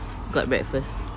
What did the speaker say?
got breakfast